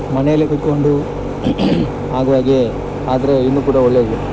ಮನೇಲೆ ಕುತ್ಕೊಂಡು ಆಗುವಾಗೆ ಆದರೆ ಇನ್ನು ಕೂಡ ಒಳ್ಳೆಯದು